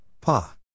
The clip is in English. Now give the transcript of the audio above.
Pa